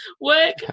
work